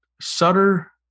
Sutter